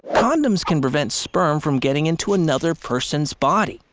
condoms can prevent sperm from getting into another person's body.